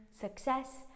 success